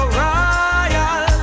royal